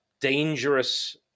dangerous